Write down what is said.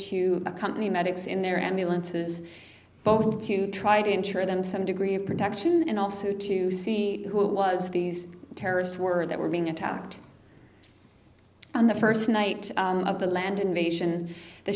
to accompany medics in their ambulances both to try to ensure them some degree of protection and also to see who it was these terrorists were that were being attacked on the first night of the land invasion